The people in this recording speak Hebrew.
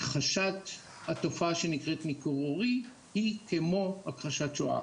הכחשת התופעה שנקראת ניכור הורי היא כמו הכחשת שואה.